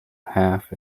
half